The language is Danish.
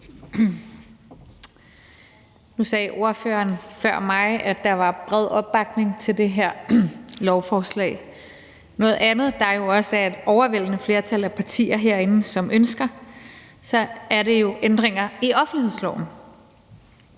Nu sagde ordføreren før mig, at der var bred opbakning til det her lovforslag. Noget andet, der jo også er et overvældende flertal af partier herinde som ønsker, er ændringer i offentlighedsloven.